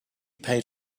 paid